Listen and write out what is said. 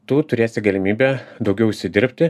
tu turėsi galimybę daugiau užsidirbti